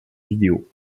vidéo